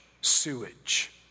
Sewage